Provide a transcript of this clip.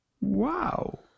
wow